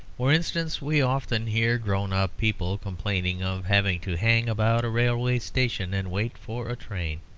for instance, we often hear grown-up people complaining of having to hang about a railway station and wait for a train.